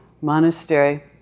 monastery